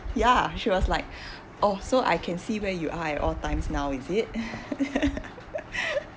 ya she was like oh so I can see where you are at all times now is it